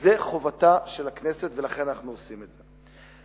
וזאת חובתה של הכנסת, ולכן אנחנו עושים את זה.